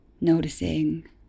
Noticing